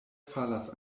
falas